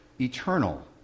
Eternal